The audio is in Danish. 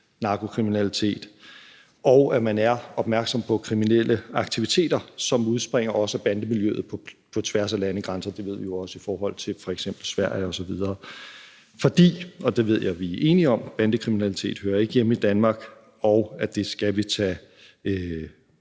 narkokriminalitet, og at man er opmærksom på kriminelle aktiviteter, som udspringer også af bandemiljøet på tværs af landegrænser. Det ved vi jo også i forhold til f.eks. Sverige osv. For bandekriminalitet, og det ved jeg vi er enige om, hører ikke hjemme i Danmark, og det skal vi tage